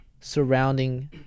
surrounding